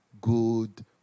good